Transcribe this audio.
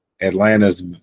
Atlanta's